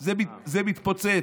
זה מתפוצץ.